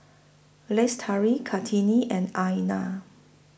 Lestari Kartini and Aina